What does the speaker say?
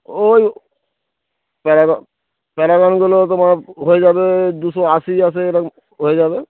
ওই প্যারাগন প্যারাগনগুলোর তোমার হয়ে যাবে দুশো আশি আছে এরম হয়ে যাবে